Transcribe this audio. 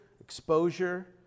exposure